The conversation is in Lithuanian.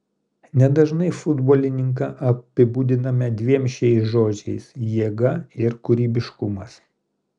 nedažnai futbolininką apibūdiname abiem šiais žodžiais jėga ir kūrybiškumas